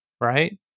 right